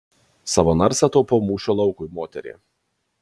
savo narsą taupau mūšio laukui moterie